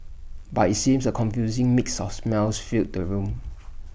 but IT seems A confusing mix of smells filled the room